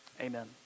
Amen